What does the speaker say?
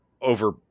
over